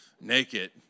naked